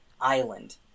island